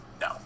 no